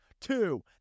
Two